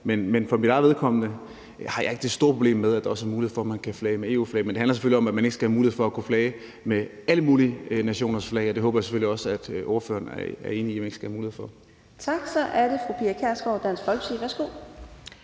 Men for mit eget vedkommende har jeg ikke det store problem med, at der også er mulighed for, at man kan flage med EU-flag. Det handler selvfølgelig om, at man ikke skal have mulighed for at flage med alle mulige nationers flag, og det håber jeg selvfølgelig også at ordføreren er enig i at man ikke skal have mulighed for. Kl. 10:16 Fjerde næstformand